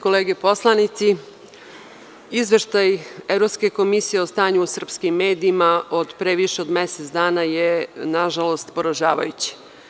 Kolege poslanici, izveštaj Evropske komisije o stanju usrpskim medijima od pre više od mesec dana je, nažalost poražavajući.